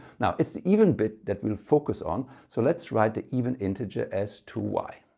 now it's the even bit that will focus on so let's write the even integer as two y.